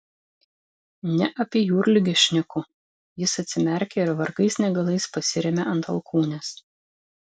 ne apie jūrligę šneku jis atsimerkė ir vargais negalais pasirėmė ant alkūnės